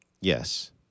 Yes